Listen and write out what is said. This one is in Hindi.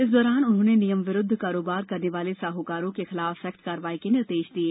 इस दौरान उन्होंने नियम विरूद्व कारोबार करने वाले साहूकारों के विरूद्व सख्त कार्रवाई के निर्देश दिये